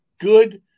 good